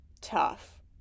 tough